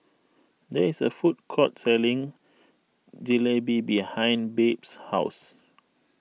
there is a food court selling Jalebi behind Babe's house